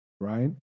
Right